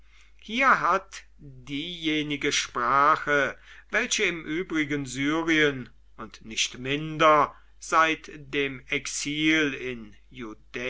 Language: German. hier hat diejenige sprache welche im übrigen syrien und nicht minder seit dem exil in